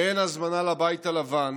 ואין הזמנה לבית הלבן,